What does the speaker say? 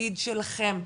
התפקיד שלכם,